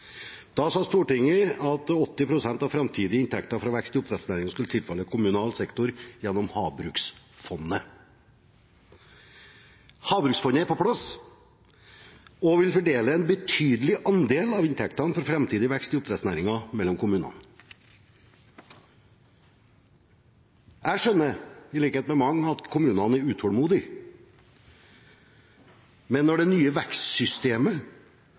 Da sa Stortinget at 80 pst. av framtidige inntekter fra vekst i oppdrettsnæringen skulle tilfalle kommunal sektor gjennom havbruksfondet. Havbruksfondet er på plass og vil fordele en betydelig andel av inntektene fra framtidig vekst i oppdrettsnæringen mellom kommunene. Jeg skjønner, i likhet med mange, at kommunene er utålmodige, men når det nye vekstsystemet